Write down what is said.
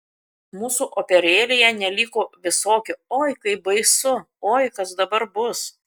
mūsų operėlėje neliko visokių oi kaip baisu oi kas dabar bus